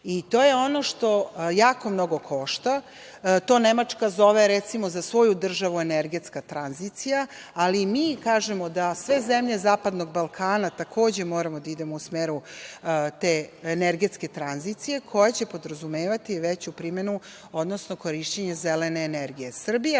To je ono što jako mnogo košta. To Nemačka zove, recimo, za svoju državu, energetska tranzicija, ali mi kažemo da sve zemlje zapadnog Balkana, takođe, moramo da idemo u smeru te energetske tranzicije koja će podrazumevati veću primenu, odnosno korišćenje zelene energije. Srbija